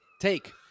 Take